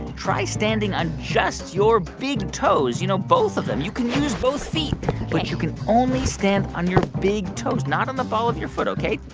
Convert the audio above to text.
try standing on just your big toes you know, both of them. you can use both feet ok but you can only stand on your big toes, not on the ball of your foot, ok?